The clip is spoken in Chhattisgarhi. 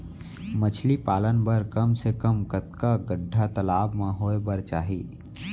मछली पालन बर कम से कम कतका गड्डा तालाब म होये बर चाही?